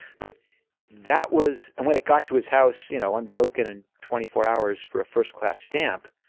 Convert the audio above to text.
but that was and when it got to his house. you know unbroken and twenty four hours for a first class stamp.